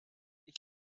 ich